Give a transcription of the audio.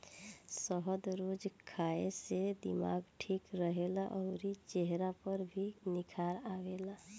शहद रोज खाए से दिमाग ठीक रहेला अउरी चेहरा पर भी निखार आवेला